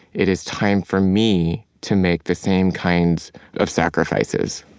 it is time for me to make the same kinds of sacrifices